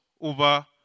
over